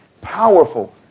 Powerful